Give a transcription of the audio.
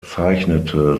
zeichnete